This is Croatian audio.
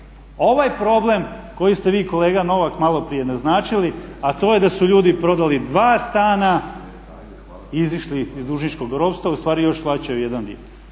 ovaj problem koji ste vi kolega Novak maloprije naznačili, a to je da su ljudi prodali dva stana, izišli iz dužničkog ropstva, ustvari još plaćaju jedan dio.